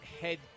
head